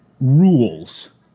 rules